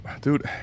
Dude